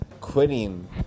quitting